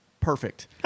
Perfect